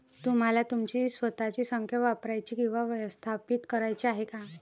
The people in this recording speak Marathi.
तुम्हाला तुमची स्वतःची संख्या वापरायची किंवा व्यवस्थापित करायची आहे का?